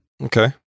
Okay